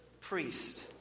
priest